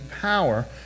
power